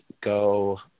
Go